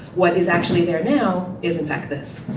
what is actually there now is, in fact, this.